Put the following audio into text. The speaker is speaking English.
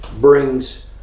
brings